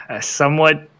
Somewhat